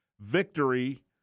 victory